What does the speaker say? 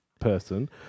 person